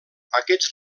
aquests